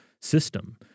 system